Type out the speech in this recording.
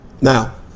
now